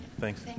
Thanks